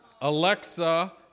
Alexa